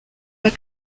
pas